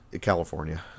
California